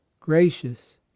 gracious